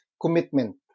commitment